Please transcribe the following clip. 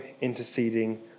interceding